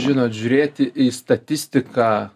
žinot žiūrėti į statistiką